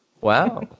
Wow